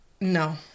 No